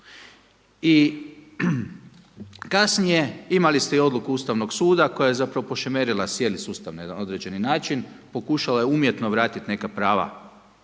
I kasnije imali ste i odluku Ustavnog suda koja je zapravo pošemerila cijeli sustav na jedan određeni način, pokušala je umjetno vratiti neka prava,